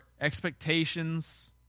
expectations